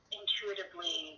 intuitively